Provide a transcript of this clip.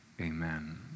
Amen